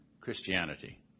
Christianity